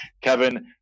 kevin